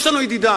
יש לנו ידידה,